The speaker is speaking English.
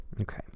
Okay